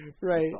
Right